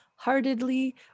Heartedly